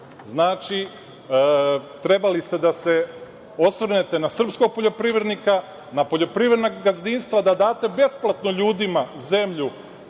Vrbas. Znači, trebali ste da se osvrnete na srpskog poljoprivrednika, na poljoprivredna gazdinstva, da date besplatno ljudima zemlju